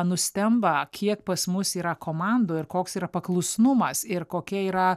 nustemba kiek pas mus yra komandų ir koks yra paklusnumas ir kokia yra